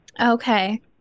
Okay